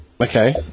Okay